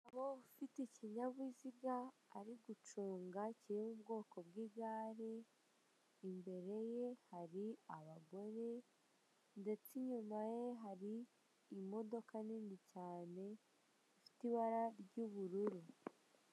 Umugabo ufite ikinyabiziga ari gucunga kiri mu bwoko bw'igare imbere ye hari abagore, ndetse inyuma ye hari imodoka nini cyane ifite ibara ry'ubururu.